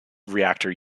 reactor